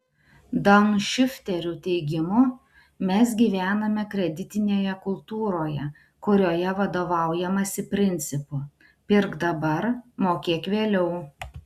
daunšifterių teigimu mes gyvename kreditinėje kultūroje kurioje vadovaujamasi principu pirk dabar mokėk vėliau